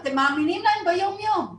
אתם מאמינים להם ביום יום,